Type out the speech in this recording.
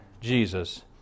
Jesus